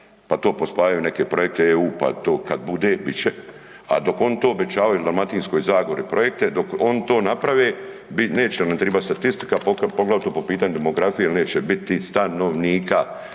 pa to pospajaju u neke projekte EU, pa to kad bude bit će, a dok oni to obećavaju Dalmatinskoj zagori projekte dok oni to naprave neće nam tribati statistika poglavito po pitanju demografije jel neće biti stanovnika.